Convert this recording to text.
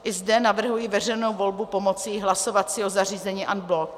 I zde navrhuji veřejnou volbu pomocí hlasovacího zařízení en bloc.